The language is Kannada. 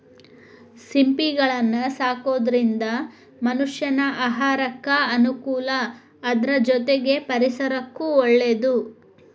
ಸಿಂಪಿಗಳನ್ನ ಸಾಕೋದ್ರಿಂದ ಮನಷ್ಯಾನ ಆಹಾರಕ್ಕ ಅನುಕೂಲ ಅದ್ರ ಜೊತೆಗೆ ಪರಿಸರಕ್ಕೂ ಒಳ್ಳೇದು